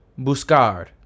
Buscar